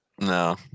No